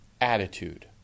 attitude